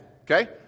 okay